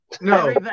no